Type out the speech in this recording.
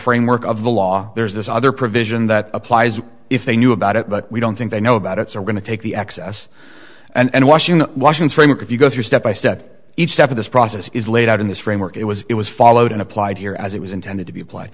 framework of the law there's this other provision that applies if they knew about it but we don't think they know about it's are going to take the excess and washing washing framework if you go through step by step each step of this process is laid out in this framework it was it was followed and applied here as it was intended to be appl